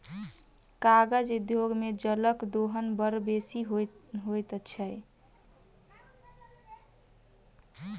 कागज उद्योग मे जलक दोहन बड़ बेसी होइत छै